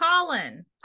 Colin